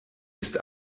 ist